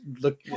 look